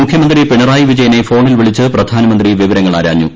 മുഖ്യമന്ത്രി പിണറായി വിജയനെ ഫോണിൽ വിളിച്ച് പ്രധാനമന്ത്രി വിവരങ്ങൾ ആരാഞ്ഞു